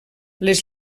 les